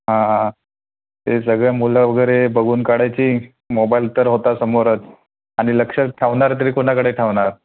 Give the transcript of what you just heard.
हां हां हां ते सगळं मुलं वगैरे बघून काढायची मोबाईल तर होता समोरच आणि लक्षात ठेवणार तरी कोणाकडे ठेवणार